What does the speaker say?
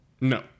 No